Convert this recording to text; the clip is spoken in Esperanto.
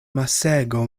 masego